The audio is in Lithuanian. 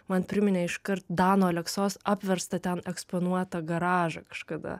man priminė iškart dano aleksos apverstą ten eksponuotą garažą kažkada